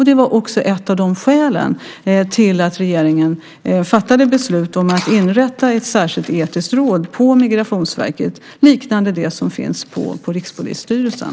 Det var ett av skälen till att regeringen fattade beslut om att inrätta ett särskilt etiskt råd på Migrationsverket, liknande det som finns inom Rikspolisstyrelsen.